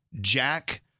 Jack